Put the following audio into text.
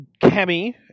Kemi